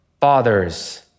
fathers